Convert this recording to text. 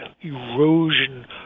erosion